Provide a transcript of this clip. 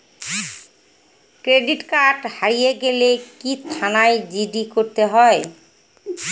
Credit card হারিয়ে গেলে কি থানায় জি.ডি করতে হয়?